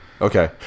Okay